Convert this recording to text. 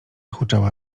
huczała